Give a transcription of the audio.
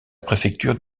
préfecture